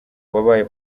wabaye